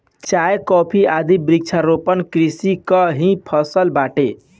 चाय, कॉफी आदि वृक्षारोपण कृषि कअ ही फसल बाटे